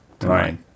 right